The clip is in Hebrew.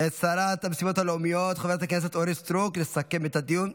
את שרת המשימות הלאומיות חברת הכנסת אורית סטרוק לסכם את הדיון,